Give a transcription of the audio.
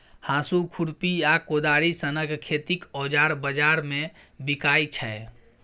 हाँसु, खुरपी आ कोदारि सनक खेतीक औजार बजार मे बिकाइ छै